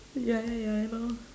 ya ya ya I know